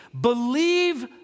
believe